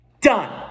Done